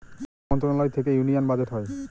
অর্থ মন্ত্রণালয় থেকে ইউনিয়ান বাজেট হয়